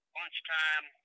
Lunchtime